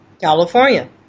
california